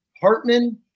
Hartman